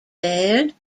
baird